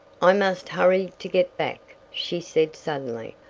i must hurry to get back, she said suddenly.